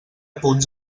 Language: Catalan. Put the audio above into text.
punts